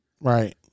Right